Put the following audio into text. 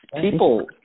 people